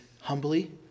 humbly